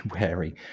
wary